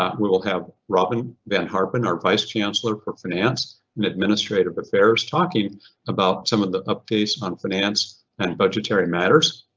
ah we will have robin van harpen, our vice chancellor for finance and administrative affairs talking about some of the updates on finance and budgetary matters.